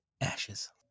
Ashes